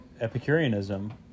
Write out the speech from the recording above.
Epicureanism